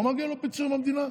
לא מגיע לו פיצוי מהמדינה?